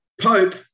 Pope